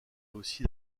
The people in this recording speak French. aussi